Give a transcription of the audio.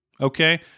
Okay